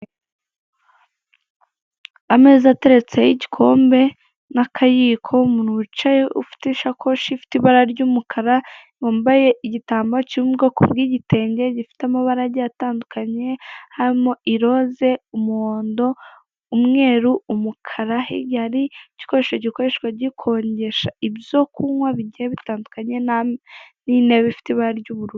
Ameza ateretseho igikombe n'akayiko , umuntu wicaye ufite ishakoshi ifite ibara ry'umukara, wambaye igitambaro kiri mu bwoko bw'igitenge gifite amabara agiye atandukanye harimo iroze, umuhondo, umweru, umukara. Hirya hari igikoresho g'ikoreshwa gikonjesha ibyo kunywa bigiye bitandukanye ni ntebe ifite ibara ry'ubururu.